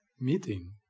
meeting